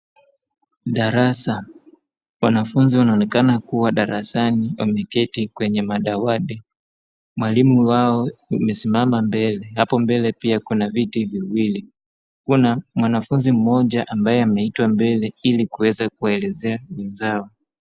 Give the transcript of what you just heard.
Darasa, wanafunzi wanaonekana kuwa darasani, wameketi kwenye madawati, mwalimu wao amesimama mbele, hapo mbele pia kuna viti viwili. Kuna mwanafunzi mmoja ambaye ameitwa mbele ili kuweza kuwaelezea wenzao.